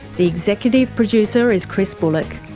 the executive producer is chris bullock,